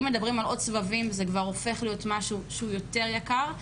אם מדברים על עוד סבבים זה כבר עופך למשהו שהוא יותר יקר.